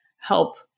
help